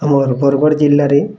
ଆମର୍ ବରଗଡ଼୍ ଜିଲ୍ଲାରେ